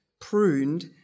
pruned